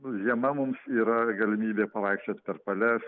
žiema mums yra galimybė pavaikščiot per palias